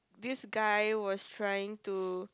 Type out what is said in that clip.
this guy was trying to